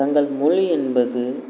தங்கள் மொழி என்பது